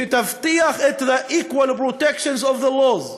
שתבטיח את ה-equal protection of the laws,